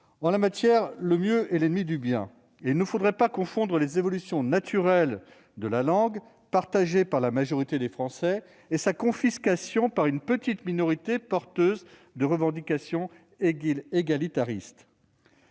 En la matière, le mieux est l'ennemi du bien, et il ne faudrait pas confondre les évolutions naturelles de la langue, partagées par la majorité des Français, et sa confiscation par une petite minorité porteuse de revendications égalitaristes.